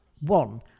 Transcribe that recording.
One